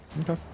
okay